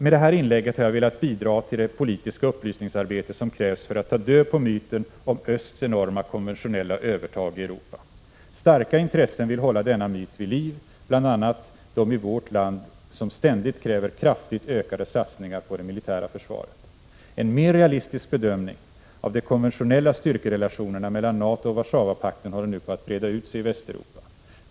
Med det här inlägget har jag velat bidra till det politiska upplysningsarbete som krävs för att ta död på myten om östs enorma konventionella övertag i Europa. Starka intressen vill hålla denna myt vid liv — bl.a. de i vårt land som ständigt kräver kraftigt ökade satsningar på det militära försvaret. En mer realistisk bedömning av de konventionella styrkerelationerna mellan NATO och Warszawapakten håller nu på att breda ut sig i Västeuropa.